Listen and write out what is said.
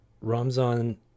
Ramzan